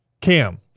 Cam